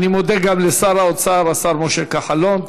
אני מודה גם לשר האוצר, השר משה כחלון.